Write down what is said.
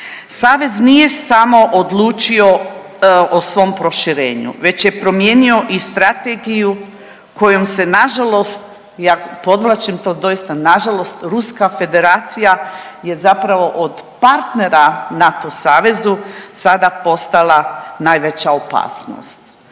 Savez nije samo odlučio o svom proširenju, već je promijenio i strategiju kojom se nažalost, ja podvlačim to, doista nažalost, Ruska Federacija je zapravo od partnera NATO savezu sada postala najveća opasnost